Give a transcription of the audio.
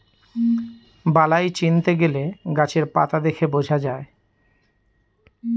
বালাই চিনতে গেলে গাছের পাতা দেখে বোঝা যায়